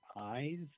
eyes